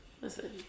Listen